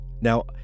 Now